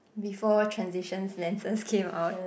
before transition lenses came out